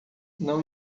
não